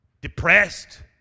depressed